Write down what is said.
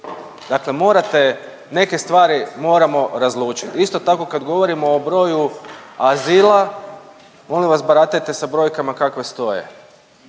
morate, neke stvari moramo razlučit. Isto tako kad govorimo o broju azila molim vas baratajte sa brojkama kakve stoje,